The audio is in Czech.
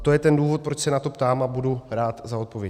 To je ten důvod, proč se na to ptám, a budu rád za odpověď.